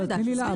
תני לי להסביר.